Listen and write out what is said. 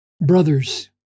Brothers